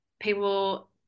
people